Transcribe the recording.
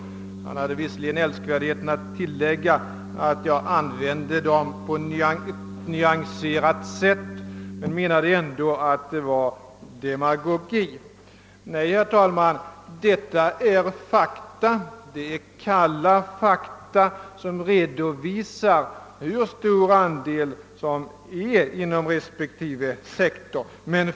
Visserligen hade herr Bergman älskvärdheten tillägga att jag använde siffrorna på ett nyanserat sätt, men han menade ändå att det var demagogi. Det rör sig dock, herr talman, om kalla fakta, som redovisar hur stor andel av resurserna som tillföres respektive sektor.